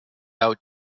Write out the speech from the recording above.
out